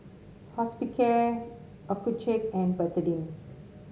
Hospicare Accucheck and Betadine